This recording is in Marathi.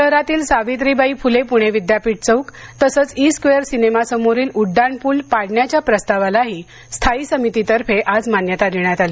शहरातील सावित्रीबाई फुले पुणे विद्यापीठ चौक तसंच ई स्क्वेअर सिनेमा समोरील उड्डाणप्रल पाडण्याच्या प्रस्तावालाही स्थायी समितीतर्फे आज मान्यता देण्यात आली